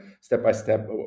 step-by-step